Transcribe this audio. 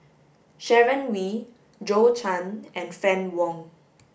Sharon Wee Zhou Can and Fann Wong